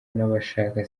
n’abashaka